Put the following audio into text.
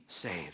saved